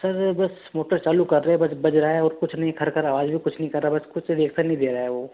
sir बस motor चालू कर रहे हैं बस बज रहा है और कुछ नहीं खर खर आवाज़ भी कुछ भी नहीं कर रहा बस कुछ रेफर नहीं दे रहा है वह